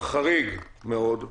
חריג מאוד,